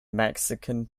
mexican